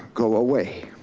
go away.